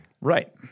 Right